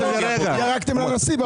ירקתם לנשיא בפנים.